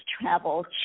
travel